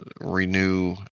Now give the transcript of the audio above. renew